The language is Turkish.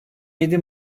yedi